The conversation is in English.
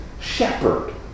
shepherd